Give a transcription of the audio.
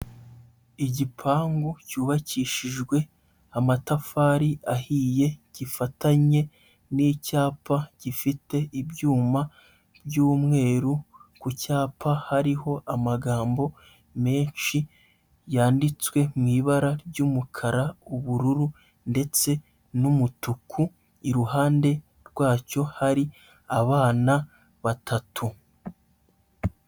igipangu cyubakishijwe amatafari ahiye gifatanye n'icyapa gifite ibyuma by'umweru, ku cyapa hariho amagambo menshi yanditswe mu ibara ry'umukara, ubururu ndetse n'umutuku iruhande rwacyo hari abana batatu.